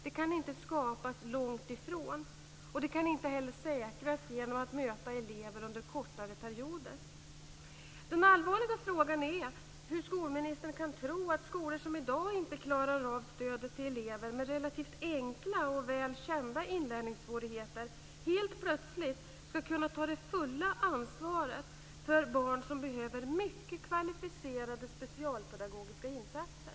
Detta kan inte skapas långt ifrån och det kan inte heller säkras genom att möta elever under kortare perioder. Den allvarliga frågan är hur skolministern kan tro att skolor som i dag inte klarar av stödet till elever med relativt enkla och väl kända inlärningssvårigheter helt plötsligt ska kunna ta det fulla ansvaret för barn som behöver mycket kvalificerade specialpedagogiska insatser.